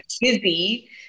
busy